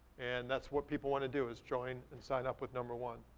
and that's what people wanna do is join and sign up with number one.